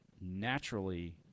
naturally